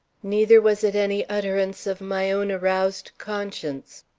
neither was it any utterance of my own aroused conscience.